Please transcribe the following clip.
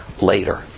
later